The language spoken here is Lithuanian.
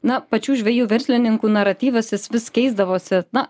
na pačių žvejų verslininkų naratyvas jis vis keisdavosi na